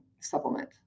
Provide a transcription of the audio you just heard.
supplement